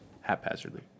haphazardly